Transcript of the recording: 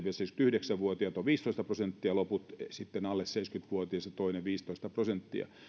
seitsemänkymmentäyhdeksän vuotiaita on viisitoista prosenttia ja loput se toinen viisitoista prosenttia sitten alle seitsemänkymmentä vuotiaita